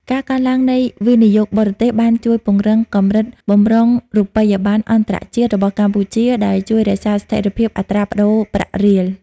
ការកើនឡើងនៃវិនិយោគបរទេសបានជួយពង្រឹងកម្រិតបម្រុងរូបិយប័ណ្ណអន្តរជាតិរបស់កម្ពុជា ដែលជួយរក្សាស្ថិរភាពអត្រាប្តូរប្រាក់រៀល។